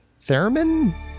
theremin